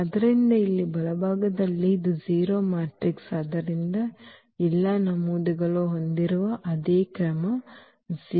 ಆದ್ದರಿಂದ ಇಲ್ಲಿ ಬಲಭಾಗದಲ್ಲಿ ಇದು 0 ಮ್ಯಾಟ್ರಿಕ್ಸ್ ಆದ್ದರಿಂದ ಎಲ್ಲಾ ನಮೂದುಗಳನ್ನು ಹೊಂದಿರುವ ಅದೇ ಕ್ರಮ 0